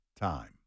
time